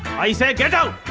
i say get out.